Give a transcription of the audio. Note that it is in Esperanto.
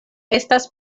estas